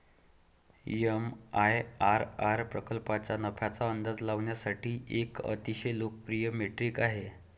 MIRR प्रकल्पाच्या नफ्याचा अंदाज लावण्यासाठी एक अतिशय लोकप्रिय मेट्रिक आहे